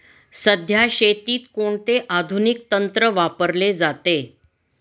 सध्या शेतीत कोणते आधुनिक तंत्र वापरले जाते?